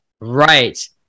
Right